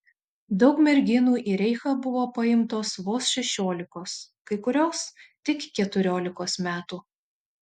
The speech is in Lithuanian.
daug merginų į reichą buvo paimtos vos šešiolikos kai kurios tik keturiolikos metų